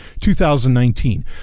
2019